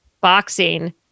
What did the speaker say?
boxing